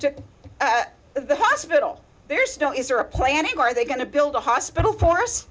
to the hospital there still is there a plan and are they going to build a hospital for